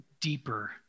deeper